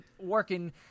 working